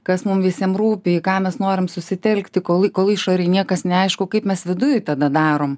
kas mum visiem rūpi į ką mes norim susitelkti kol kol išorėj niekas neaišku kaip mes viduj tada darom